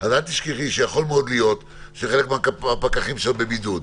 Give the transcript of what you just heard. אז אל תשכחי שיכול מאוד להיות שחלק מהפקחים שלה בבידוד,